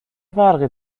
فرقی